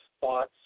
thoughts